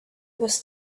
was